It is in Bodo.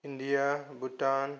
इण्डिया भुटान